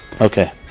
Okay